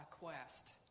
quest